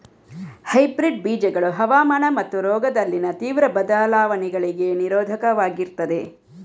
hybrid ಬೀಜಗಳು ಹವಾಮಾನ ಮತ್ತು ರೋಗದಲ್ಲಿನ ತೀವ್ರ ಬದಲಾವಣೆಗಳಿಗೆ ನಿರೋಧಕವಾಗಿರ್ತದೆ